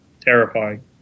terrifying